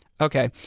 Okay